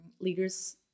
leaders